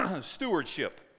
stewardship